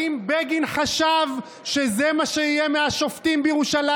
האם בגין חשב שזה מה שיהיה מהשופטים בירושלים?